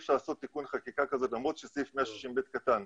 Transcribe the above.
שהוא סעיף מאוחר יותר ל-160(ב),